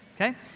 Okay